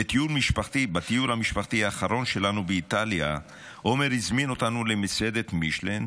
בטיול המשפחתי האחרון שלנו באיטליה עומר הזמין אותנו למסעדת מישלן.